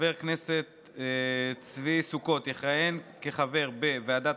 חבר הכנסת צבי סוכות יכהן כחבר בוועדת